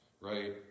right